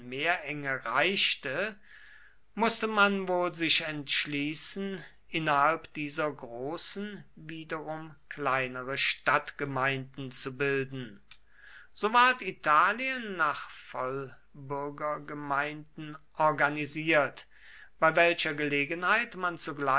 meerenge reichte mußte man wohl sich entschließen innerhalb dieser großen wiederum kleinere stadtgemeinden zu bilden so ward italien nach vollbürgergemeinden organisiert bei welcher gelegenheit